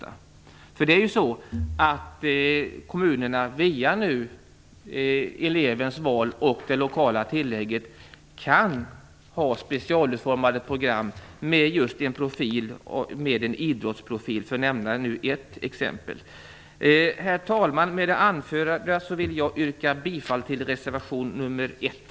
Nu är det så att kommunerna via elevens val och det lokala tillägget kan ha specialutformade program med just en idrottsprofil, för att nämna ett exempel. Herr talman! Med det anförda vill jag yrka bifall till reservation nr 1.